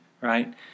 right